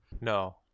No